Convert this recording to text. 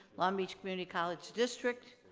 long beach community college district.